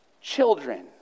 children